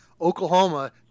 Oklahoma